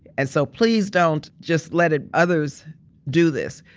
and so please don't just let ah others do this.